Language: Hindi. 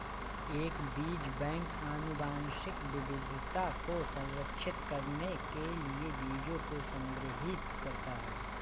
एक बीज बैंक आनुवंशिक विविधता को संरक्षित करने के लिए बीजों को संग्रहीत करता है